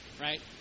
right